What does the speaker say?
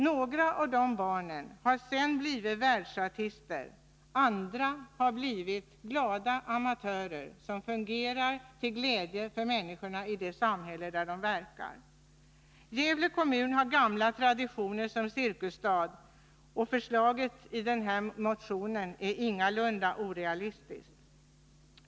Några av de barnen har sedan blivit världsartister, andra har blivit glada amatörer som fungerar till glädje för människorna i det samhälle där de verkar. Gävle har gamla traditioner som cirkusstad, och förslaget i den här motionen är ingalunda orealistiskt.